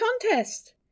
contest